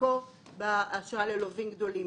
לחלקו באשראי ללווים גדולים.